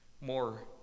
more